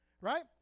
right